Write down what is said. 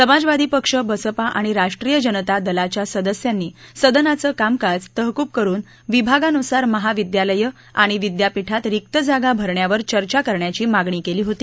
समाजवादी पक्ष बसपा आणि राष्ट्रीय जनता दलाच्या सदस्यांनी सदनाचं कामकाज तहकूब करुन विभागानुसार महाविद्यालयं आणि विद्यापीठांत रिक्त जागा भरण्यावर चर्चा करण्याची मागणी केली होती